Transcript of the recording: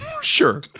Sure